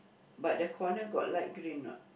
but the corner got light green not